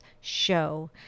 show